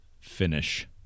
finish